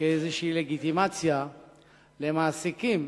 כאיזו לגיטימציה למעסיקים